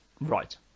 Right